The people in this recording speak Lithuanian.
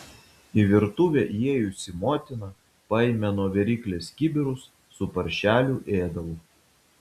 į virtuvę įėjusi motina paėmė nuo viryklės kibirus su paršelių ėdalu